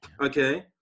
okay